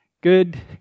good